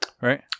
right